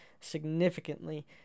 significantly